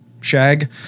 shag